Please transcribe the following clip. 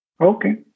Okay